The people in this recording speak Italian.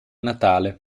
natale